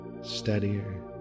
steadier